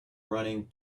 running